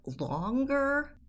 longer